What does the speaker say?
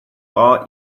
our